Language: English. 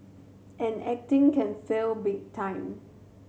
and acting can fail big time